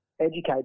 educate